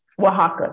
Oaxaca